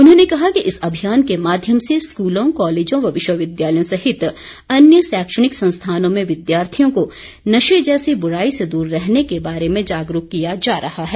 उन्होंने कहा कि इस अभियान के माध्यम से स्कूलों कॉलेजों व विश्वविद्यालयों सहित अन्य शैक्षणिक संस्थानों में विद्यार्थियों को नशे जैसी बुराई से दूर रहने के बारे में जागरूक किया जा रहा है